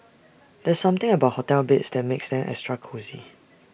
there's something about hotel beds that makes them extra cosy